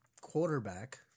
quarterback